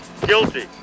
Guilty